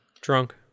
Drunk